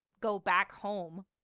go back home,